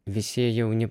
visi jauni